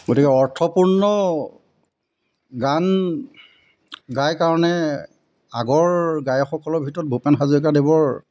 গতিকে অৰ্থপূৰ্ণ গান গাই কাৰণে আগৰ গায়কসকলৰ ভিতৰত ভূপেন হাজৰিকাদেৱৰ